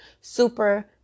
super